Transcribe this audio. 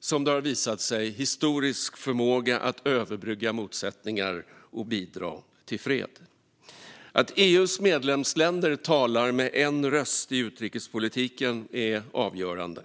som det har visat sig, historisk förmåga att överbrygga motsättningar och bidra till fred. Att EU:s medlemsländer talar med en röst i utrikespolitiken är avgörande.